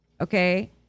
okay